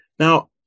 Now